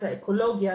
את האקולוגיה,